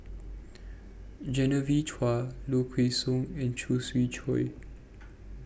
Genevieve Chua Low Kway Song and Khoo Swee Chiow